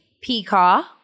Peacock